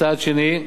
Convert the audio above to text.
צעד שני,